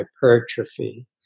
hypertrophy